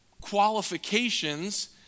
qualifications